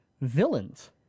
Villains